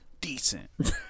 Decent